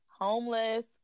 homeless